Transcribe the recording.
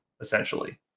essentially